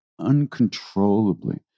uncontrollably